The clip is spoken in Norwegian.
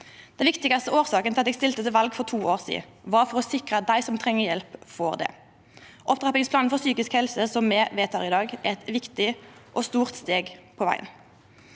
Den viktigaste årsaka til at eg stilte til val for to år sidan, var å sikra at dei som treng hjelp, får det. Opptrappingsplanen for psykisk helse, som me vedtek i dag, er eit viktig og stort steg på vegen.